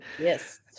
Yes